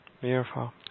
Beautiful